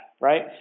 Right